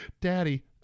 Daddy